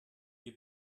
wir